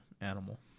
animal